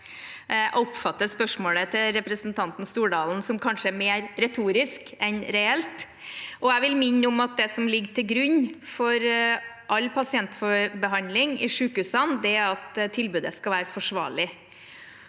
Jeg oppfatter spørsmålet til representanten Stordalen som kanskje mer retorisk enn reelt, og jeg vil minne om at det som ligger til grunn for all pasientbehandling i sykehusene, er at tilbudet skal være forsvarlig.